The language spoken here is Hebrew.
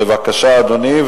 בבקשה, אדוני.